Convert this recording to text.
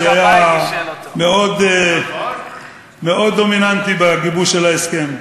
שהיה מאוד דומיננטי בגיבוש של ההסכם,